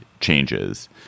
changes